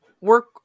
work